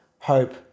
hope